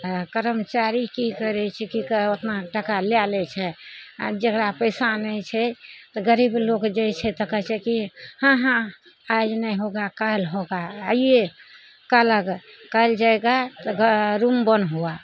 कर्मचारी की करय छै की कहय ओतना टाका लए लै छै आओर जकरा पैसा नहि छै तऽ गरीब लोक जाइ छै तऽ कहय छै कि हँ हँ आइ नहि होगा काल्हि होगा आइये कहलक काइले जइबय तऽ रूम बन्द हुआ